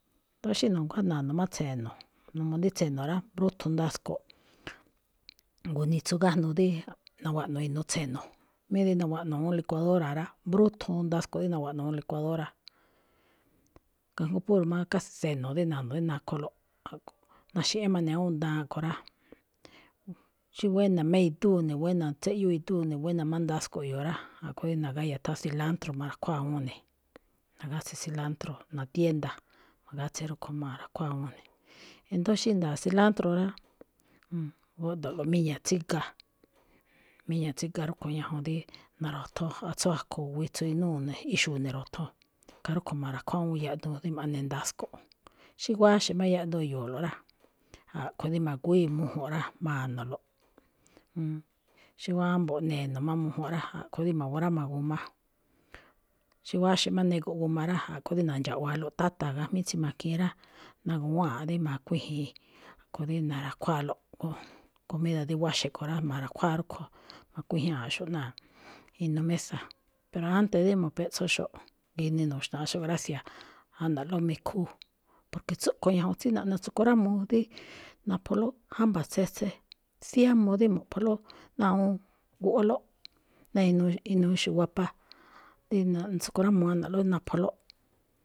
Ndo̱ó xí na̱nguá, na̱no̱ má tse̱no̱, n uu rí tse̱no̱ rá, mbrúthun ndasko̱ꞌ gunitsu gájnuu dí nawaꞌno̱ inuu tse̱no̱, mí dí nawaꞌno̱ awúun licuadora rá, mbrúthun ndasko̱ꞌ dí nawaꞌno̱ awúun licuadora, kajngó puro má casi tse̱no dí na̱no̱ dí nakholo̱ꞌ. na̱xi̱ꞌñá má ne̱ awúun daan kho̱ rá, xí buéna̱ má idúu ne̱ buena, tséꞌyóo idúu ne̱ buéna̱ má ndasko̱ꞌ i̱yo̱o̱ rá, a̱ꞌkho̱ rí nagáya̱ tháan cilantro ma̱ra̱khuáa awúun ne̱, nagátse̱ cilantro ná tienda, nagátse̱ rúkho̱ ma̱ra̱khuáa awúun ne̱. E̱ndo̱ó xí nda̱a̱ cilantro rá, gúꞌdo̱ꞌlo̱ꞌ miña̱ tsíga, míñaꞌ tsíga rúꞌkho̱ ñajuun dí ma̱ro̱thon atsú, akho̱, witsu inúu ne̱, ixu̱u̱ ne̱ ro̱tho̱n, khaa rúꞌkho̱ ma̱ra̱khuáa awúun yaꞌduun dí ma̱ꞌne ndasko̱ꞌ. Xí guáxe̱ má yaꞌduun i̱yo̱o̱lo̱ꞌ rá, a̱ꞌkhue̱n dí ma̱gúwíi mujunꞌ rá, ma̱no̱lo̱ꞌ. xí wámbo̱ꞌ ne̱no̱ má mujunꞌ rá, a̱ꞌkho̱ rí ma̱gruáma g a. Xí wáxe̱ má nigo̱ꞌ g a rá, a̱ꞌkho̱ rí na̱ndxa̱ꞌa̱alo̱ꞌ táta̱ gajmíí tsí makiin rá, na̱guwáanꞌ rí ma̱kuíji̱in, a̱ꞌkho̱ rí na̱ra̱khuáalo̱ꞌ comida dí wáxe̱ kho̱ rá, ma̱ra̱khuáa rúꞌkho̱, ma̱kuijñáaꞌxo̱ꞌ náa inuu mesa. Pero ante dí mo̱peꞌtsoxo̱ꞌ, ginii nu̱xna̱axo̱ꞌ gracia ana̱ꞌlóꞌ mikhu, porque tsúꞌkho̱ ñajuun tsí naꞌnetsukurámuu dí napholóꞌ jámba̱ tsetse, tsíyámuu dí mo̱ꞌpholóꞌ ná awúun guꞌwálóꞌ ná inuu ixe̱ wapa, dí naꞌnetsakunrámuu ana̱ꞌlóꞌ napholóꞌ.